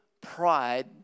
pride